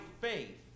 faith